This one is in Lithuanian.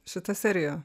šita serija